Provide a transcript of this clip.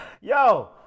yo